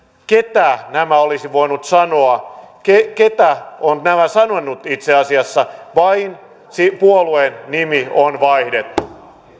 kuka nämä olisi voinut sanoa kuka on nämä sanonut itse asiassa vain puolueen nimi on vaihdettu